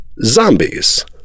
zombies